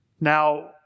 Now